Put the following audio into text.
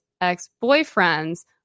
ex-boyfriend's